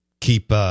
Keep